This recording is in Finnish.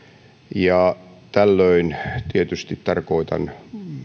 ja tällöin tietysti tarkoitan